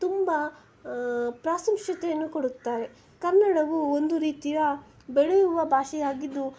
ತುಂಬಾ ಪ್ರಾಸಶ್ಯತೆಯನ್ನು ಕೊಡುತ್ತಾರೆ ಕನ್ನಡವು ಒಂದು ರೀತಿಯ ಬೆಳೆಯುವ ಭಾಷೆಯಾಗಿದ್ದು